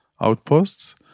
outposts